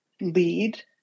lead